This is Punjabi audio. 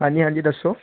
ਹਾਂਜੀ ਹਾਂਜੀ ਦੱਸੋ